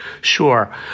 Sure